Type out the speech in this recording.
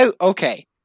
Okay